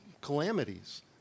calamities